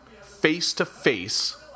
face-to-face